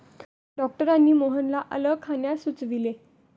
डॉक्टरांनी मोहनला आलं खाण्यास सुचविले